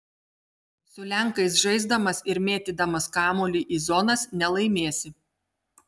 su lenkais žaisdamas ir mėtydamas kamuolį į zonas nelaimėsi